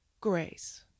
Grace